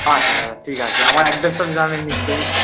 আচ্ছা দাদা ঠিক আছে আমার অ্যাড্রেস্টা জানেন নিশ্চই